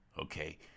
okay